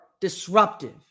disruptive